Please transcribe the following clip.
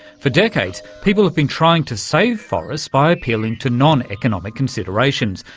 for decades, people have been trying to so forests by appealing to non-economic considerations,